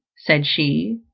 said she,